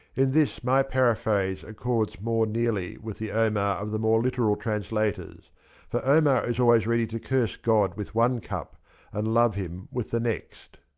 in this my paraphrase accords more nearly with the omar of the more literal translators for omar is always ready to curse god with one cup and love him with the next.